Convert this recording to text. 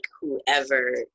whoever